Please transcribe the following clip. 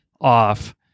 off